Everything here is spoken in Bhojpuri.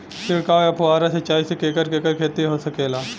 छिड़काव या फुहारा सिंचाई से केकर केकर खेती हो सकेला?